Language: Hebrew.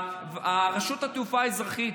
רשות התעופה האזרחית,